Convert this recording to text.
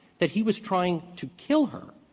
that he was trying to kill her,